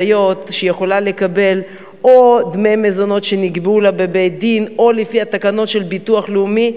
מ-20,000 נשים קיבלו דמי מזונות מהביטוח הלאומי.